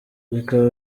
bikaba